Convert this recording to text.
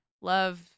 love